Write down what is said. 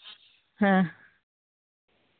ᱦᱮᱸ